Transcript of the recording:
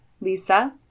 Lisa